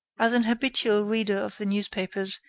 as an habitual reader of the newspapers,